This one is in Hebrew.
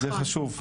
זה חשוב.